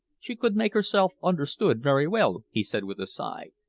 she could make herself understood very well, he said with a sigh,